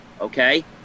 okay